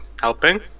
helping